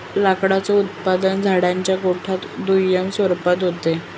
लाकडाचं उत्पादन झाडांच्या देठात दुय्यम स्वरूपात होत